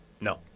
No